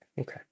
Okay